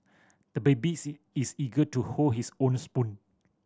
the babies is eager to hold his own spoon